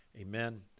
Amen